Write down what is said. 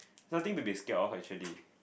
something to be scared of actually